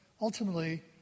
Ultimately